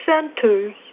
centers